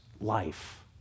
life